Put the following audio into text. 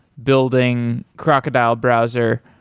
building crocodile browser.